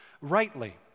rightly